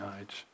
age